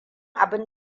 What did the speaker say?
abin